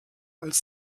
als